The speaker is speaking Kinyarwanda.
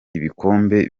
ibikombe